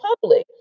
public